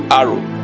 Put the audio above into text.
arrow